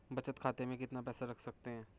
बचत खाते में कितना पैसा रख सकते हैं?